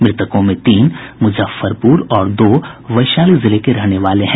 मृतकों में तीन मुजफ्फरपुर और दो वैशाली जिले के रहने वाले हैं